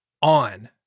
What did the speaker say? on